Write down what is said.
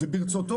ברצותו,